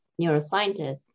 neuroscientists